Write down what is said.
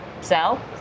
sell